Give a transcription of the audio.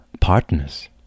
partners